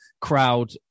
crowd